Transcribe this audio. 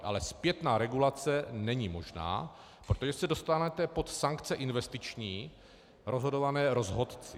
Ale zpětná regulace není možná, protože se dostanete pod sankce investiční rozhodované rozhodci.